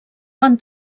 van